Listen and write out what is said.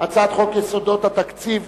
הצעת חוק הסדרת העיסוק בייעוץ השקעות,